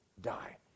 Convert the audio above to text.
die